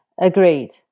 Agreed